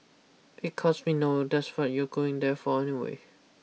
because we know that's fun you're going there for anyway